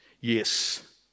Yes